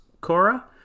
Cora